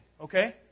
okay